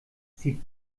sie